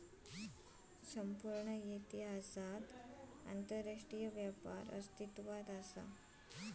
संपूर्ण इतिहासात आंतरराष्ट्रीय व्यापार अस्तित्वात असा